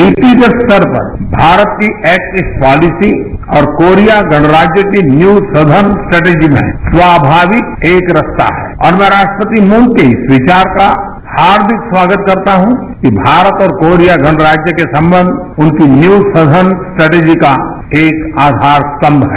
नीतिगत स्तर पर भारत की एक्ट ईस्ट पॉलिसी और कोरिया गणराज्य की न्यू सदन स्ट्रैटरजी में स्वाभाविक एकरसता है और राष्ट्रपति मून के इस विचार का हार्दिक खागत करता हूं कि भारत और कोरिया गणराज्य के संबंध उनकी न्यू सदन स्ट्रैटरजी का एक आधार स्तंभ है